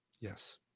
Yes